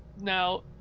Now